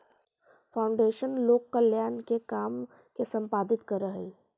foundation लोक कल्याण के काम के संपादित करऽ हई